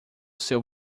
seu